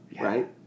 right